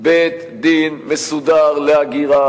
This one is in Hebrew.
בית-דין מסודר להגירה,